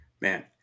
man